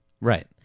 right